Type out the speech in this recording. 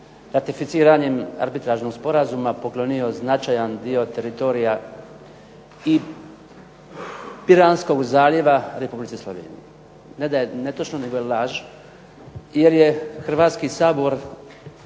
ratificiranjem arbitražnog sporazuma poklonio značajan dio teritorija i Piranskog zaljeva Republici Sloveniji. Ne da je netočno, nego je laž, jer je Hrvatski sabor